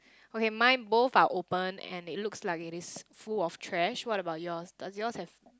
okay mine both are open and it looks like it is full of trash what about yours does yours have